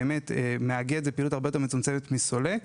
פעילות של מאגד היא הרבה יותר מצומצמת מפעילות של סולק.